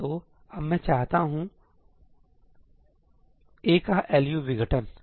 तो अब मैं जो चाहता हूं A का LU विघटन हैसही